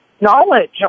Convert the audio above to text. knowledge